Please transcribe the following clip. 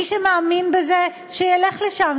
מי שמאמין בזה שילך לשם,